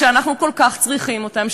כשאנחנו כל כך צריכים אותם,